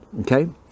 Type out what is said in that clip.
okay